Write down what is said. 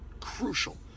crucial